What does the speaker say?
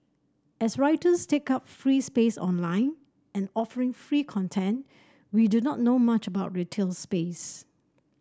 as writers take up free space online and offering free content we do not know much about retail space